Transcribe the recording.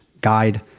guide